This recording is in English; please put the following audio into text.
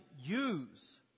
use